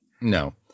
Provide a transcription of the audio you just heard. No